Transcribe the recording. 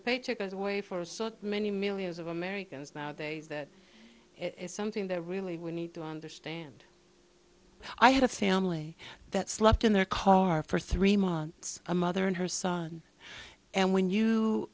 paycheck away for so many millions of americans nowadays that it's something that really we need to understand i had a family that slept in their car for three months a mother and her son and when you